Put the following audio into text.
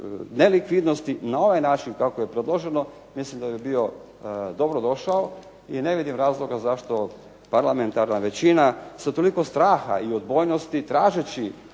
nelikvidnosti na ovaj način kako je predloženo mislim da bi bio dobrodošao i ne vidim razloga zašto parlamentarna većina sa toliko straha i odbojnosti tražeći